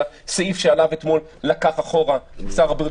הסעיף שעליו אתמול לקח אחורה שר הבריאות.